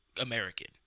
American